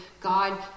God